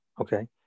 Okay